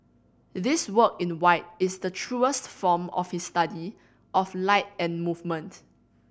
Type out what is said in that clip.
this work in white is the truest form of his study of light and movement